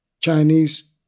Chinese